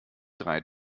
drei